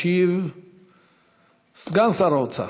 ישיב סגן שר האוצר